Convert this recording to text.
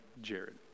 Jared